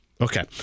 Okay